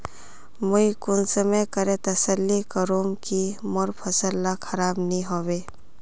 मुई कुंसम करे तसल्ली करूम की मोर फसल ला खराब नी होबे?